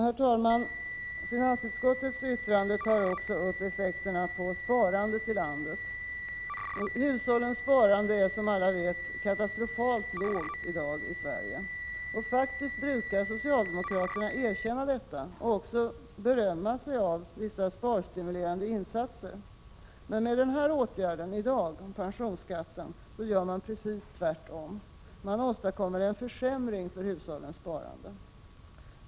Herr talman! Finansutskottets yttrande tar också upp effekterna på sparandet i landet. Hushållssparandet är, som alla vet, katastrofalt lågt i dag i Sverige. Faktiskt brukar socialdemokraterna erkänna detta och också berömma sig av vissa sparstimulerande insatser. Men med den här åtgärden i dag, pensionsskatten, gör man precis tvärtom. Man åstadkommer en försämring för hushållssparandet.